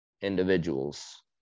individuals